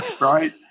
right